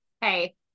Hey